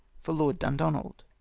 for lord dundonakl.